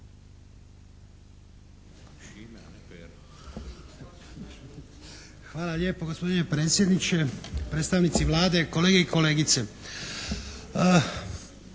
Hvala lijepo. Gospodine predsjedniče, predstavnici Vlade, kolege i kolegice.